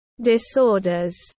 disorders